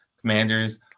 Commanders